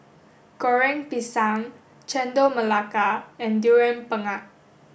Goreng Pisang Chendol Melaka and durian pengat